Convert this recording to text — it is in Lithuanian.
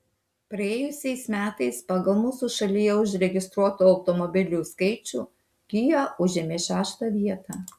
praėjusiais metais pagal mūsų šalyje užregistruotų automobilių skaičių kia užėmė šeštą vietą